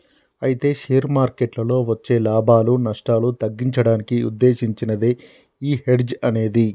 అయితే షేర్ మార్కెట్లలో వచ్చే లాభాలు నష్టాలు తగ్గించడానికి ఉద్దేశించినదే ఈ హెడ్జ్ అనేది